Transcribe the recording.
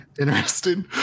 Interesting